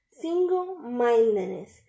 single-mindedness